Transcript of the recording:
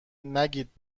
نگید